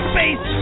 Space